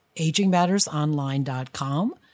AgingMattersOnline.com